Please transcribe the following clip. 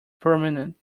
permanent